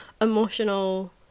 emotional